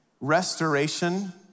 restoration